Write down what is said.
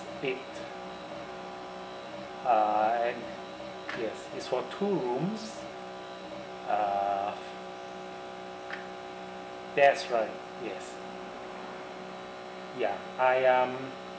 eight uh and yes is for two rooms uh that's right yes ya I um